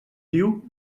diu